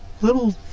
little